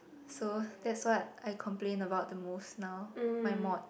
so that's what I complain about the most now my mod